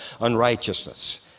unrighteousness